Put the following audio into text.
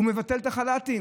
הוא מבטל את החל"ת.